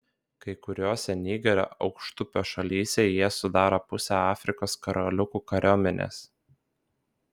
kai kuriose nigerio aukštupio šalyse jie sudaro pusę afrikos karaliukų kariuomenės